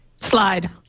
Slide